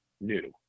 new